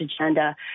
agenda